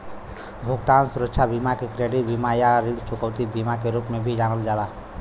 भुगतान सुरक्षा बीमा के क्रेडिट बीमा या ऋण चुकौती बीमा के रूप में भी जानल जाला